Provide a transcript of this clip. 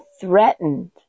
threatened